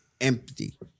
Empty